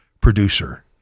producer